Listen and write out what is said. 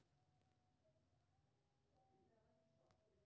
sovereign wealth fund के निवेश वैश्विक स्तर पर कैल जाइ छै